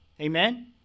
Amen